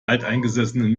alteingesessenen